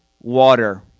water